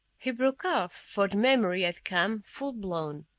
he broke off, for the memory had come, full-blown